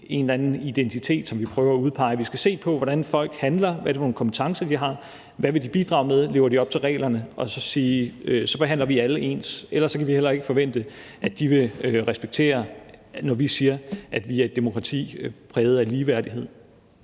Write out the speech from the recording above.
en eller anden identitet, som vi prøver at udpege. Vi skal se på, hvordan folk handler, hvad det er for nogle kompetencer, de har, hvad de vil bidrage med, om de lever op til reglerne, og så sige, at så behandler vi alle ens. Ellers kan vi heller ikke forvente, at de vil respektere det, når vi siger, at vi er et demokrati præget af ligeværdighed.